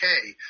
okay